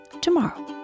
tomorrow